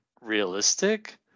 realistic